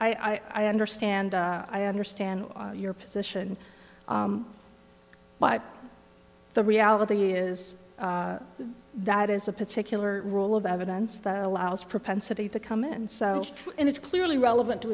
i understand i understand your position but the reality is that is a particular rule of evidence that allows propensity to come in so and it's clearly relevant to